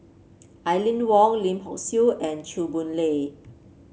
Aline Wong Lim Hock Siew and Chew Boon Lay